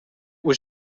was